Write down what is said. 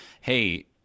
Hey